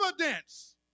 evidence